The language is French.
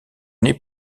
n’ai